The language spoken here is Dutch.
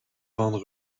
van